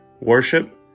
worship